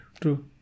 True